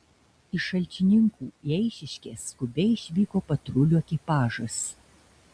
iš šalčininkų į eišiškes skubiai išvyko patrulių ekipažas